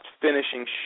finishing